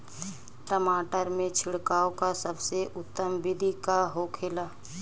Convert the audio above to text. टमाटर में छिड़काव का सबसे उत्तम बिदी का होखेला?